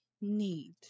need